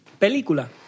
Película